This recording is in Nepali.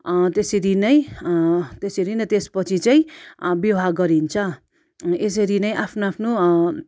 त्यसरी नै त्यसरी नै त्यस पछि चाहिँ विवाह गरिन्छ यसरी नै आफ्नो आफ्नो